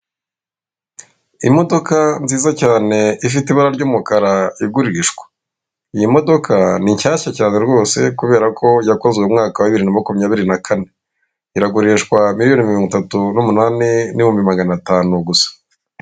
Imodoka nziza cyane ifite ibara ry'umukara igurishwa, iyi modoka ni shyashya cyane rwose kubera ko yakozwe mu mwaka wa bibiri na makumyabiri na kane, iragurishwa miliyoni mirongo itatu n'umunani n'ibihumbi magana atanu gusa.